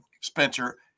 Spencer